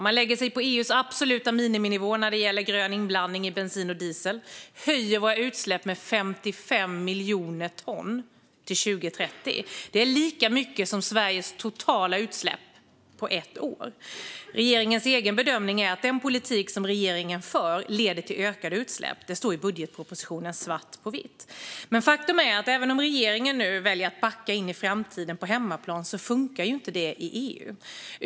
Man lägger sig på EU:s absoluta miniminivå när det gäller grön inblandning i bensin och diesel, och man höjer våra utsläpp med 55 miljoner ton till 2030. Det är lika mycket som Sveriges totala utsläpp på ett år. Regeringens egen bedömning är att den politik som regeringen för leder till ökade utsläpp. Det står svart på vitt i budgetpropositionen. Men faktum är att även om regeringen väljer att backa in i framtiden på hemmaplan fungerar inte det i EU.